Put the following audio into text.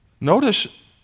Notice